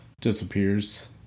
disappears